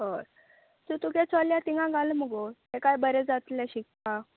हय सो तुगे चल्या तिंगा घाल मुगो तेका बरें जातलें शिकपाक